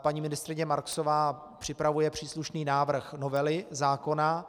Paní ministryně Marksová připravuje příslušný návrh novely zákona.